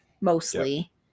Mostly